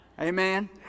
Amen